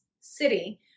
city